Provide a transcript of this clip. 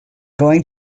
going